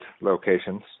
locations